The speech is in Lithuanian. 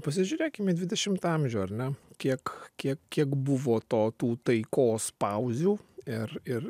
pasižiūrėkim į dvidešimtą amžių ar ne kiek kiek kiek buvo to tų taikos pauzių ir ir